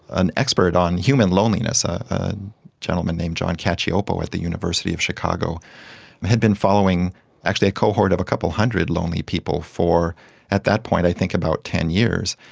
an expert on human loneliness, a gentleman named john cacioppo at the university of chicago had been following actually a cohort of a couple hundred lonely people for at that point i think about ten years,